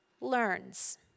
learns